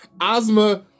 Ozma